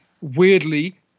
weirdly